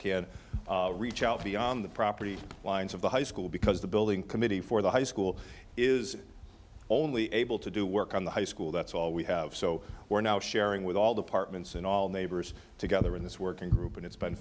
can reach out beyond the property lines of the high school because the building committee for the high school is only able to do work on the high school that's all we have so we're now sharing with all the partment and all neighbors together in this working group and it's been